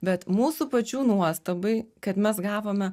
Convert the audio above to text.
bet mūsų pačių nuostabai kad mes gavome